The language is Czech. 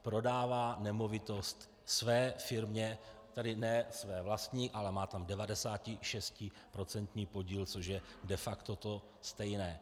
Prodává nemovitost své firmě, tedy ne své vlastní, ale má tam 96% podíl, což je de facto to stejné.